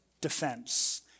defense